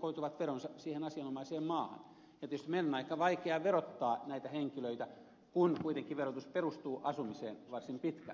koituvat veronsa siihen asianomaiseen maahan ja tietysti meidän on aika vaikea verottaa näitä henkilöitä kun kuitenkin verotus perustuu asumiseen varsin pitkälti